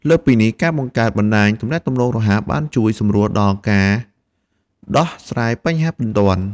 លើសពីនេះ ការបង្កើតបណ្តាញទំនាក់ទំនងរហ័សបានជួយសម្រួលដល់ការដោះស្រាយបញ្ហាបន្ទាន់។